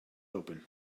open